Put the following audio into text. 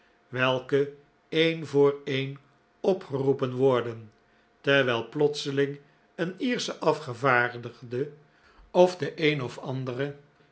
welke een voor een opgeroepen worden terwijl plotseling een iersche afgevaardigde of de een of andere